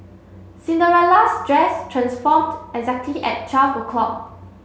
Cinderella's dress transformed exactly at twelve o'clock